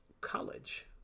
college